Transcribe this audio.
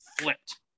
flipped